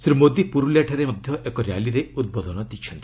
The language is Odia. ଶ୍ରୀ ମୋଦି ପୁର୍ବଲିଆଠାରେ ମଧ୍ୟ ଏକ ର୍ୟାଲିରେ ଉଦ୍ବୋଧନ ଦେଇଛନ୍ତି